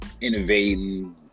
innovating